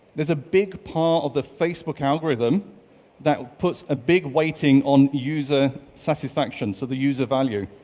there's a big part of the facebook algorithm that puts a big weighting on user satisfaction. so the user value.